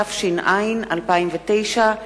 התשס"ט 2009,